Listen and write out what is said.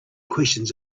questions